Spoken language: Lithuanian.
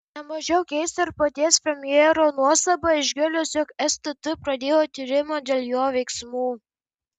ne mažiau keista ir paties premjero nuostaba išgirdus jog stt pradėjo tyrimą dėl jo veiksmų